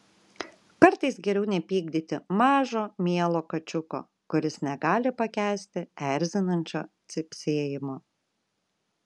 kartais geriau nepykdyti mažo mielo kačiuko kuris negali pakęsti erzinančio cypsėjimo